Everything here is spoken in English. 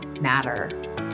matter